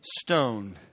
stone